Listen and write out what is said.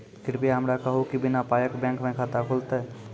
कृपया हमरा कहू कि बिना पायक बैंक मे खाता खुलतै?